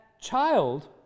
child